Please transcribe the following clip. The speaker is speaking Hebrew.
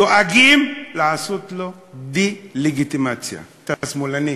דואגים לעשות לו דה-לגיטימציה: אתה שמאלני,